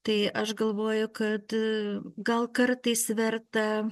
tai aš galvoju kad gal kartais verta